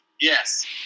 Yes